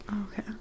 Okay